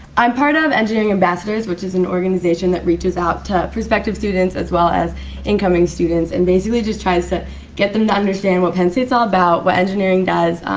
i'm part of engineering ambassadors which is an organization that reaches out to perspective students as well as incoming students and basically just tries to get them to understand what penn state all about, what engineering does,